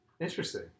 Interesting